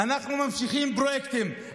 אנחנו ממשיכים פרויקטים,